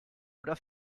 oder